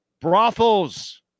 brothels